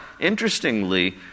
interestingly